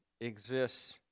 exists